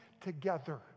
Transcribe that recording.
together